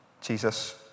Jesus